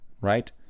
right